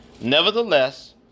Nevertheless